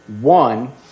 One